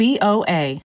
BOA